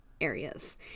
areas